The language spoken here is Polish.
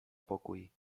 pokój